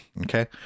Okay